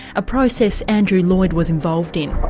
a process andrew lloyd was involved in.